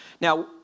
Now